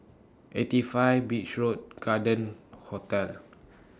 eighty five Beach Road Garden Hotel